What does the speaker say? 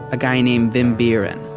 a guy named wim beeren,